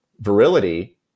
Virility